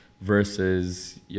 versus